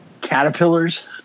Caterpillars